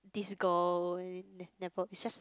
this girl never is just